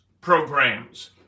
programs